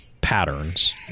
patterns